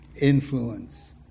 influence